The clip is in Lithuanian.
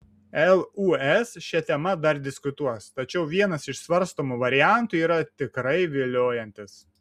lūs šia tema dar diskutuos tačiau vienas iš svarstomų variantų yra tikrai viliojantis